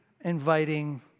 inviting